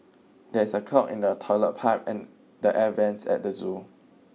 there is a clog in the toilet pipe and the air vents at the zoo